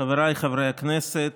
חבריי חברי הכנסת,